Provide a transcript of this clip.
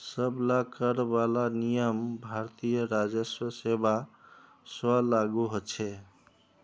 सब ला कर वाला नियम भारतीय राजस्व सेवा स्व लागू होछे